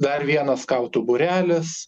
dar vienas skautų būrelis